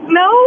no